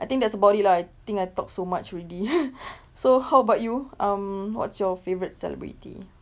I think that's about it lah I think I talk so much already so how about you um what's your favorite celebrity